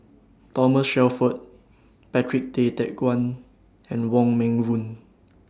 Thomas Shelford Patrick Tay Teck Guan and Wong Meng Voon